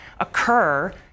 occur